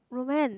romance